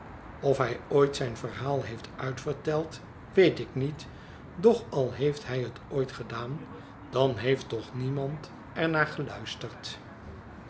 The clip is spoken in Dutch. of hij ooit zijn verhaal heeft uitverteld weet ik niet doch al heeft hij het ooit gedaan dan heeft toch niemariti er naar geluisterd